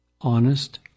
honest